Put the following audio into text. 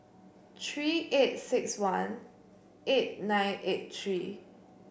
three eight six one eight nine eight three